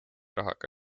rahaga